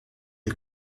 est